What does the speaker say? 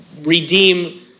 redeem